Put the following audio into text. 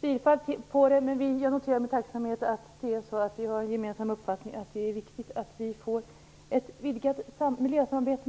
bifall till den, men jag noterar med tacksamhet att det finns en gemensam uppfattning om att det är viktigt att vi får ett vidgat miljösamarbete med